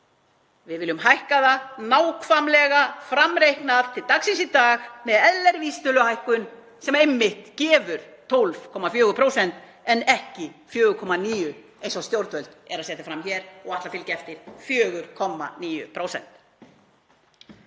Við viljum hækka það nákvæmlega framreiknað til dagsins í dag með eðlilegri vísitöluhækkun sem gefur einmitt 12,4% en ekki 4,9% eins og stjórnvöld eru að setja fram hér og ætla að fylgja eftir, 4,9%.